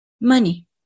money